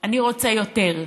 אני רוצה יותר,